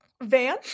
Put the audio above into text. van